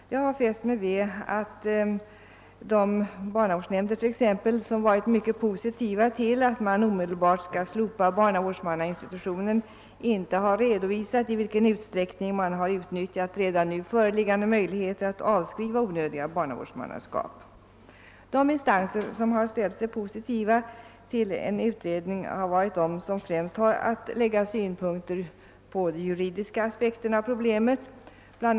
Jag har fäst mig vid att de barnavårdsnämnder, som ställt sig mycket positiva till ett omedelbart slopande av barnavårdsmannainstitutionen, inte har redovisat i vilken utsträckning man har utnyttjat redan nu föreliggande möjligheter att avskriva onödiga barnavårdsmannaskap. De instanser som ställt sig positiva till en utredning har varit de, vilka främst haft att lägga synpunkter på de juridiska aspekterna på problemet. Bl.